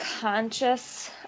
conscious